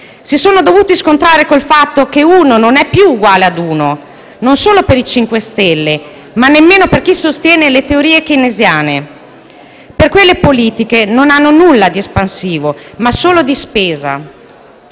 Si sono però dovuti scontrare col fatto che uno non è più uguale a uno, non solo per i 5 Stelle, ma anche per chi sostiene le teorie keynesiane, perché quelle politiche non hanno nulla di espansivo, ma sono solo di spesa.